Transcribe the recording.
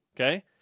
Okay